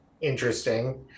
interesting